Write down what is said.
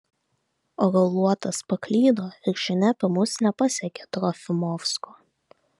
o gal luotas paklydo ir žinia apie mus nepasiekė trofimovsko